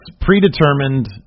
predetermined